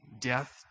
Death